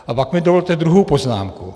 A pak mi dovolte druhou poznámku.